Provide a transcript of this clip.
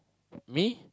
me